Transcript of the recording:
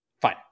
Fine